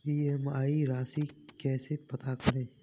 EMI राशि कैसे पता करें?